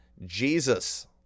Jesus